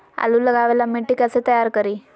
आलु लगावे ला मिट्टी कैसे तैयार करी?